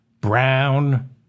brown